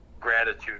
gratitude